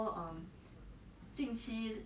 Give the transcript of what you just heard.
mm